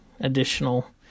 additional